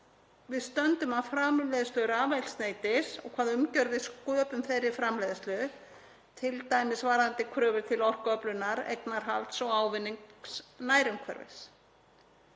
við stöndum að framleiðslu rafeldsneytis og hvaða umgjörð við sköpum þeirri framleiðslu, t.d. varðandi kröfur til orkuöflunar, eignarhalds og ávinnings nærumhverfis.